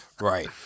right